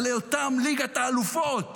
על היותם ליגת האלופות